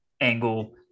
angle